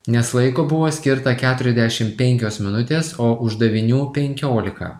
nes laiko buvo skirta keturiasdešimt penkios minutės o uždavinių penkiolika